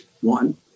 one